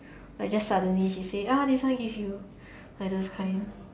liek suddenlt she said ah this one give you like those kind